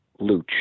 Luch